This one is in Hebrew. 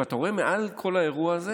ואתה רואה שמעל כל האירוע הזה